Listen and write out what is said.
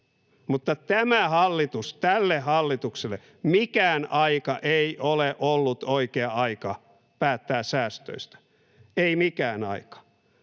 puuttua, mutta tälle hallitukselle mikään aika ei ole ollut oikea aika päättää säästöistä. Ei mikään aika.